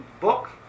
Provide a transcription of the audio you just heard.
book